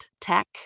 tech